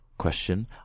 question